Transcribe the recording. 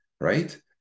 right